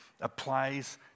applies